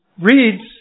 reads